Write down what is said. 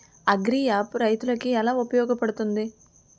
Agri app రైతులకి ఏలా ఉపయోగ పడుతుంది?